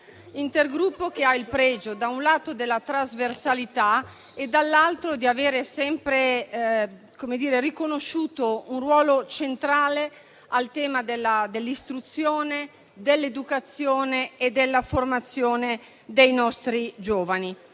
Intergruppo ha il pregio, da un lato, della trasversalità e, dall'altro, di avere sempre riconosciuto un ruolo centrale al tema dell'istruzione, dell'educazione e della formazione dei nostri giovani.